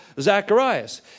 Zacharias